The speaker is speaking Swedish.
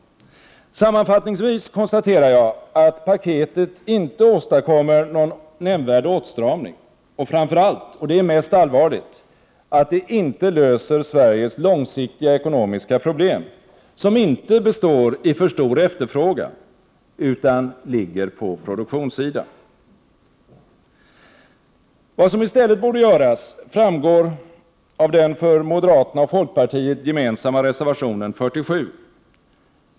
Sammanfattningsvis konstaterar jag att paketet inte åstadkommer någon nämnvärd åtstramning och framför allt — och det är mest allvarligt — att det inte löser Sveriges långsiktiga ekonomiska problem, som inte består i för stor efterfrågan utan ligger på produktionssidan. Vad som i stället borde göras framgår av den för moderaterna och folkpartiet gemensamma reservationen 47.